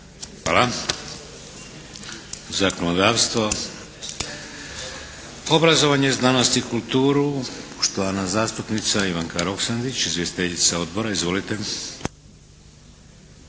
Hvala. Zakonodavstvo? Obrazovanje, znanost i kulturu. Poštovana zastupnica Ivanka Roksandić, izvjestiteljica Odbora. Izvolite!